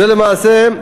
זה למעשה,